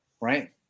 Right